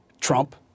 Trump